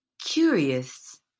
Curious